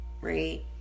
right